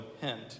hint